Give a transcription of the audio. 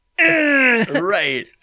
Right